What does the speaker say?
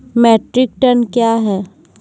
Metric ton कया हैं?